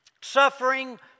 Suffering